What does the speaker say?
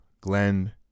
Glenn